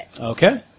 Okay